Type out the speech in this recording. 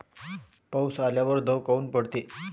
पाऊस आल्यावर दव काऊन पडते?